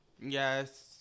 yes